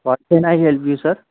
what can I help you sir